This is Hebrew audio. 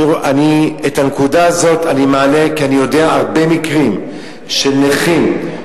את הנקודה הזאת אני מעלה כי אני יודע על הרבה מקרים של נכים,